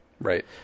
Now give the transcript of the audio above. Right